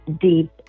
deep